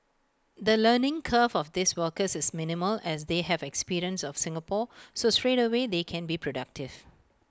the learning curve of these workers is minimal as they have experience of Singapore so straightaway they can be productive